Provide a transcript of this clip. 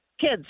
Kids